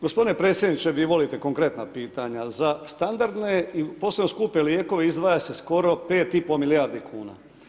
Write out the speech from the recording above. Gospodine predsjedniče, vi volite konkretna pitanja, za standardne i posebno skupe lijekove izdvaja se skoro 5,5 milijardi kuna.